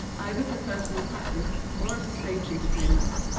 either for personal practice, or as a stage entertainment.